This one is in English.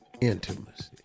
intimacy